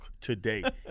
today